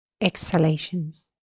exhalations